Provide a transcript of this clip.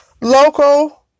local